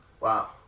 Wow